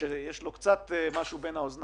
שיש לו מה שנקרא קצת בין האוזניים,